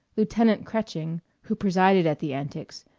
lieutenant kretching, who presided at the antics,